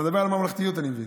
אתה מדבר על ממלכתיות, אני מבין.